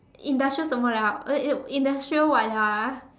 industrial 什么 liao uh uh industrial what liao ah